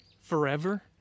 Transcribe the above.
forever